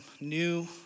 new